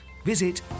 visit